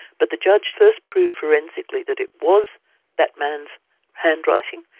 but the judge first proved forensically that it was that man's handwriting,